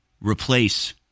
replace